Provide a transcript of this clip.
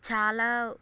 చాలా